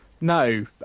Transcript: No